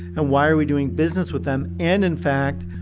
and why are we doing business with them? and in fact,